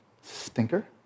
stinker